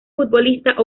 futbolista